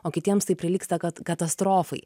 o kitiems tai prilygsta kat katastrofai